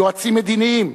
יועצים מדיניים,